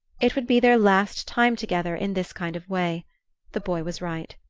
it would be their last time together in this kind of way the boy was right.